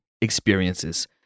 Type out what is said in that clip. experiences